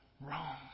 wrong